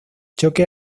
choque